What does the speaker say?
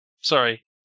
Sorry